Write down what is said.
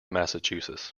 massachusetts